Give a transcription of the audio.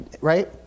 Right